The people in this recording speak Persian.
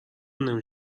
نمی